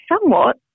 somewhat